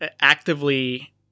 actively